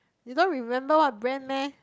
you don't remember what brand meh